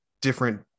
different